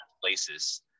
places